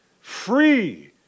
free